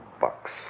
bucks